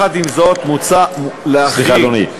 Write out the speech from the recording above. סליחה, אדוני.